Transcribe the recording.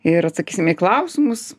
ir atsakysime į klausimus